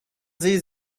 sie